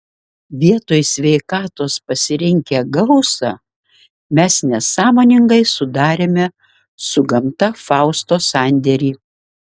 vietoj sveikatos pasirinkę gausą mes nesąmoningai sudarėme su gamta fausto sandėrį